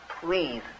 please